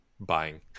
buying